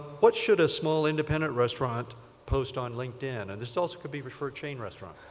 what should a small independent restaurant post on linkedin, and this also could be referred chain restaurant.